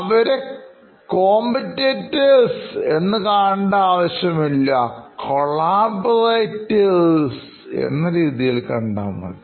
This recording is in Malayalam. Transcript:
അവരെ മത്സരാർത്ഥികൾ എന്ന് കാണാതെ collaborators എന്ന രീതിയിൽകണ്ടാൽ മതി